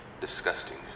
Disgusting